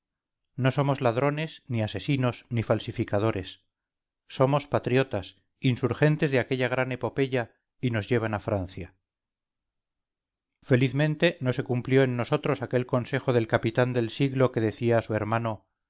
no somos ladrones ni asesinos ni falsificadores somos patriotas insurgentes de aquella gran epopeya y nos llevan a francia felizmente no se cumplió en nosotros aquel consejo del capitán del siglo que decía a su hermano